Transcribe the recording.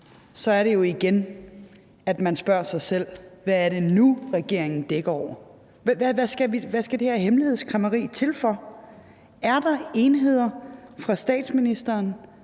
så er det jo, at man igen spørger sig selv: Hvad er det nu, regeringen dækker over? Hvad skal det her hemmelighedskræmmeri til for? Er der enheder fra statsministeren